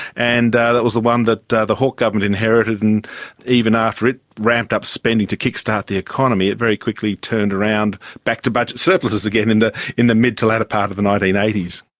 and that was the one that the hawke government inherited. and even after it ramped up spending to kickstart the economy it very quickly turned around back to budget surpluses again in the in the mid to latter part of the nineteen eighty s.